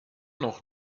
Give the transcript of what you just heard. noch